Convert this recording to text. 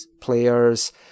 players